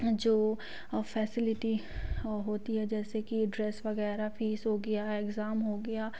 जो फैसिलिटी होती है जैसे की ड्रेस वग़ैरह फीस हो गया है एग्ज़ाम हो गया